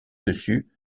dessus